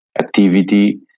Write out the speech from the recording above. activity